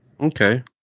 Okay